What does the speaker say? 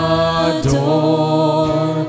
adore